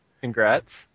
congrats